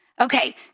Okay